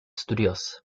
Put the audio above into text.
studios